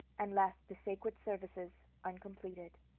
and left the sacred services uncompleted.